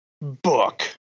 Book